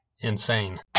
Insane